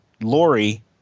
Lori